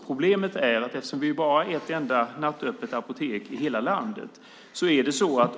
Problemet är att vi bara har ett enda nattöppet apotek i hela landet.